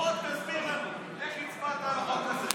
בוא תסביר לנו איך הצבעת על החוק הזה.